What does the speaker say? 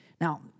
Now